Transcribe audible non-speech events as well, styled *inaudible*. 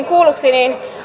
*unintelligible* kuulluksi